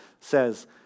says